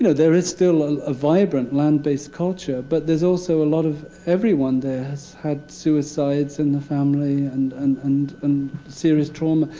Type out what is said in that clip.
you know there is still ah a vibrant, land-based culture. but there's also a lot of everyone there has had suicides in the family and and and and serious trauma.